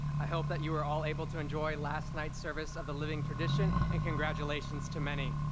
i hope that you are all able to enjoy last night's service of the living tradition and congratulations to many.